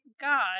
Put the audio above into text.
god